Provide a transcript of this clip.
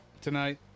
tonight